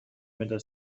مداد